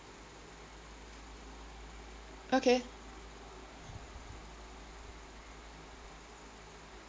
okay